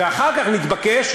ואחר כך נתבקש,